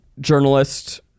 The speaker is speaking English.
journalist